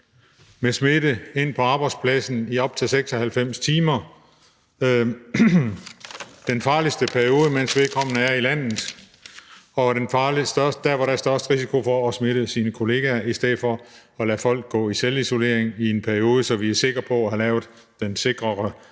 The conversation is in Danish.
med smitte ind på arbejdspladsen i op til 96 timer – den farligste periode, mens vedkommende er i landet, og der, hvor der er størst risiko for at smitte kollegaer – i stedet for at lade folk gå i selvisolering i en periode, så vi er sikre på at have lavet den sikrere